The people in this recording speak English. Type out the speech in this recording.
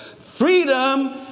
freedom